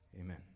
amen